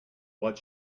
what